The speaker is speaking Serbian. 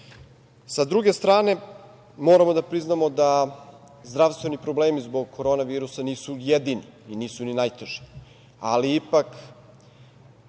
druge strane, moramo da priznamo da zdravstveni problemi zbog korona virusa nisu jedini i nisu ni najteži, ali ipak